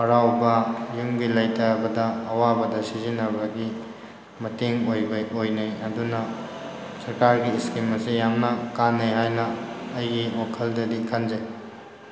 ꯍꯔꯥꯎꯕ ꯌꯨꯝꯒꯤ ꯂꯩꯇꯕꯗ ꯑꯋꯥꯕꯗ ꯁꯤꯖꯤꯟꯅꯕꯒꯤ ꯃꯇꯦꯡ ꯑꯣꯏꯕꯩ ꯑꯣꯏꯅꯩ ꯑꯗꯨꯅ ꯁꯔꯀꯥꯔꯒꯤ ꯁ꯭ꯀꯤꯝ ꯑꯁꯤ ꯌꯥꯝꯅ ꯀꯥꯟꯅꯩ ꯍꯥꯏꯅ ꯑꯩꯒꯤ ꯋꯥꯈꯜꯗꯗꯤ ꯈꯟꯖꯩ